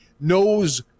knows